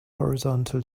horizontal